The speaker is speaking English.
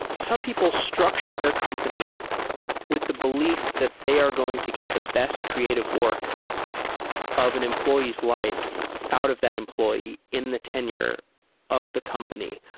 some people structure their company with the belief that they are going to get the best creative work of an employee's life out of that employee in the ten year of the company.